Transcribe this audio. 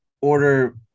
order